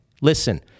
listen